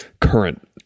current